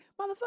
motherfucker